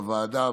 בוועדה,